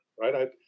right